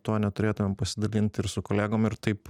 tuo neturėtumėm pasidalint ir su kolegom ir taip